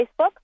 Facebook